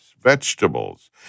vegetables